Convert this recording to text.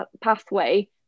pathway